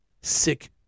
sick